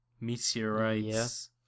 meteorites